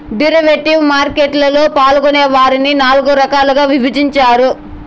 derivative market లలో పాల్గొనే వారిని నాల్గు రకాలుగా విభజించారు